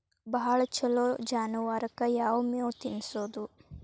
ಭಾಳ ಛಲೋ ಜಾನುವಾರಕ್ ಯಾವ್ ಮೇವ್ ತಿನ್ನಸೋದು?